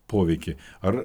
poveikį ar